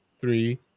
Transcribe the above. three